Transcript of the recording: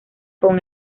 con